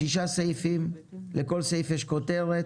שישה סעיפים, לכל סעיף יש כותרת,